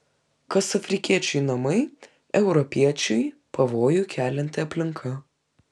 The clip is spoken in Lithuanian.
kas afrikiečiui namai europiečiui pavojų kelianti aplinka